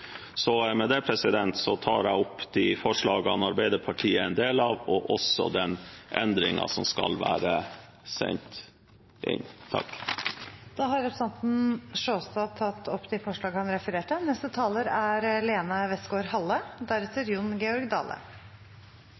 Med det tar jeg opp de forslagene Arbeiderpartiet er en del av – med den endringen som skal være sendt inn. Representanten Runar Sjåstad har tatt opp de forslagene han refererte